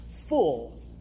full